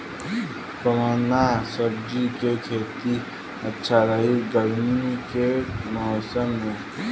कवना सब्जी के खेती अच्छा रही गर्मी के मौसम में?